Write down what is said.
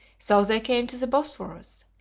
so they came to the bosphorus,